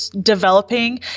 developing